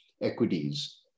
equities